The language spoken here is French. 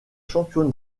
champion